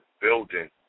building